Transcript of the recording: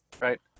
right